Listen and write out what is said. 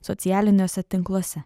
socialiniuose tinkluose